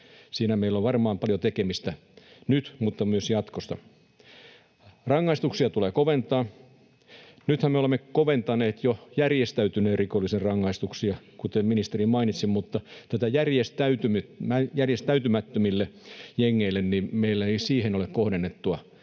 Siinä meillä on varmaan paljon tekemistä nyt, mutta myös jatkossa. Rangaistuksia tulee koventaa. Nythän me olemme koventaneet jo järjestäytyneen rikollisuuden rangaistuksia, kuten ministeri mainitsi, mutta näille järjestäytymättömille jengeille meillä ei ole kohdennettua.